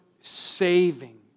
saving